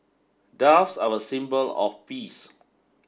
doves are a symbol of peace